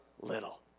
little